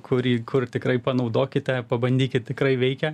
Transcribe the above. kurį kur tikrai panaudokite pabandykit tikrai veikia